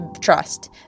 trust